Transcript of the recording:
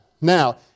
Now